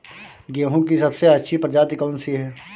गेहूँ की सबसे अच्छी प्रजाति कौन सी है?